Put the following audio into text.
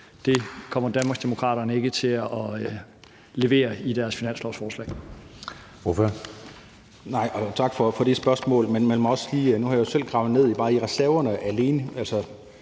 det kommer Danmarksdemokraterne ikke til at levere i deres finanslovsforslag.